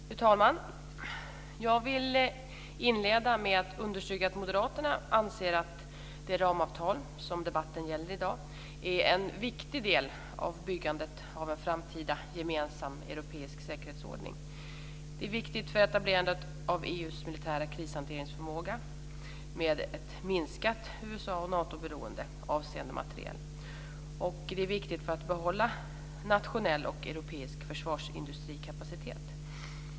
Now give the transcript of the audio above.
Fru talman! Jag vill inleda med att understryka att moderaterna anser att det ramavtal som debatten i dag gäller är en viktig del i byggandet av en framtida gemensam europeisk säkerhetsordning. Det är viktigt för etablerandet av EU:s militära krishanteringsförmåga med ett minskat USA-beroende och Natoberoende avseende materiel. Och det är viktigt för att behålla nationell och europeisk försvarsindustrikapacitet.